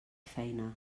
feina